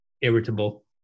irritable